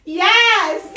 yes